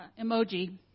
emoji